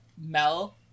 Mel